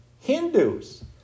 Hindus